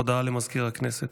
הודעה למזכיר הכנסת.